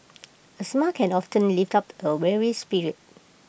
A smile can often lift up A weary spirit